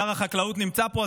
שר החקלאות נמצא פה,